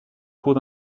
cours